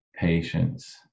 Patience